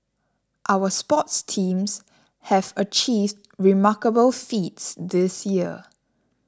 our sports teams have achieved remarkable feats this year